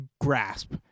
grasp